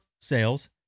sales